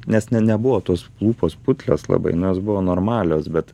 nes ne nebuvo tos lūpos putlios labai jos buvo normalios bet